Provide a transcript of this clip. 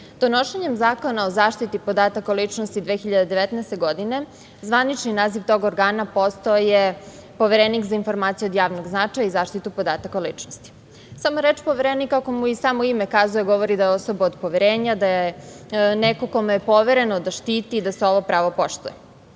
Donošenjem Zakona o zaštiti podataka o ličnosti 2019. godine zvanični naziv tog organa postao je Poverenik za informacije od javnog značaja i zaštitu podataka o ličnosti. Sama reč Poverenik, kako mu i samo ime kazuje, govori da je osoba od poverenja, da je neko kome je povereno da štiti da se ovo pravo poštuje.